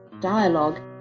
Dialogue